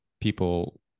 people